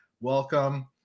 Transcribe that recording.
Welcome